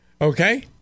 Okay